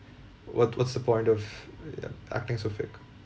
what what's the point of ya acting so fake